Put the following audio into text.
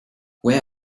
where